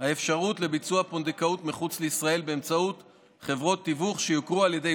האפשרות לביצוע פונדקאות מחוץ לישראל באמצעות חברות תיווך שיוכרו על ידי